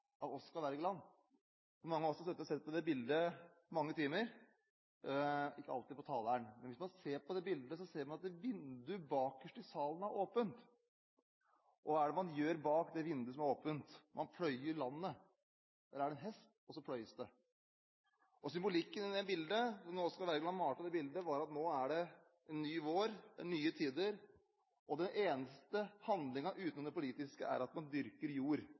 sett på det bildet i mange timer, og ikke alltid på taleren. Hvis man ser på bildet, ser man at vinduet bakerst i salen er åpent. Hva er det man gjør utenfor vinduet som er åpent? Man pløyer landet. Det er en hest der, og det pløyes. Symbolikken i bildet som Oscar Wergeland malte, var at nå var det en ny vår og nye tider. Den eneste handlingen i bildet, utenom den politiske, er at man dyrker